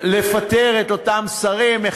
לפטר את אותם שרים.